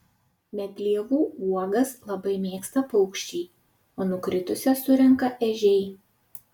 medlievų uogas labai mėgsta paukščiai o nukritusias surenka ežiai